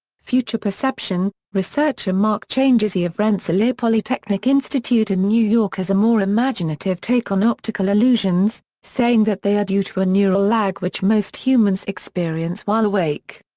future perception researcher mark changizi of rensselaer polytechnic institute in new york has a more imaginative take on optical illusions, saying that they are due to a neural lag which most humans experience while awake.